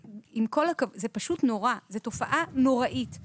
זה פשוט נורא, זאת תופעה נוראית.